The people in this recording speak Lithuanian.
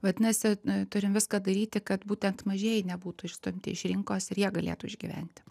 vadinasi turim viską daryti kad būtent mažieji nebūtų išstumti iš rinkos ir jie galėtų išgyventi